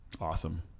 Awesome